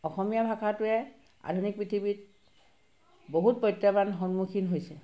অসমীয়া ভাষাটোৱে আধুনিক পৃথিৱীত বহুত প্ৰত্যাহ্বান সন্মুখীন হৈছে